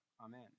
Amen